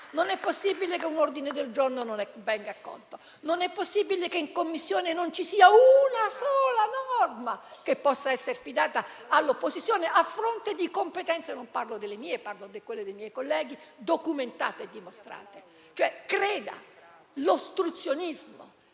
o che nemmeno un ordine del giorno venga accolto; non è possibile che in Commissione non ci sia una sola norma che possa essere affidata all'opposizione, a fronte di competenze - non parlo delle mie, ma di quelle dei miei colleghi - documentate e dimostrate. Signor Presidente, l'ostruzionismo,